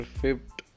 fifth